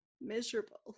miserable